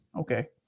Okay